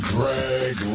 Greg